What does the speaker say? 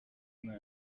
mwana